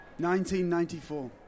1994